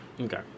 okay